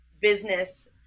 business